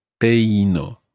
Peino